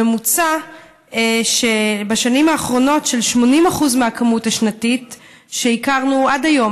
בממוצע של 80% מהכמות השנתית שהכרנו עד היום.